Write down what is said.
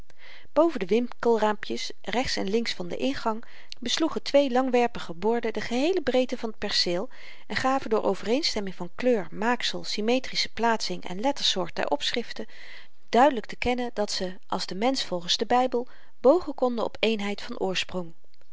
boven de winkelraampjes rechts en links van den ingang besloegen twee lankwerpige borden de geheele breedte van t perceel en gaven door overeenstemming van kleur maaksel symmetrische plaatsing en lettersoort der opschriften duidelyk te kennen dat ze als de mensch volgens den bybel bogen konden op eenheid van oorsprong